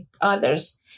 others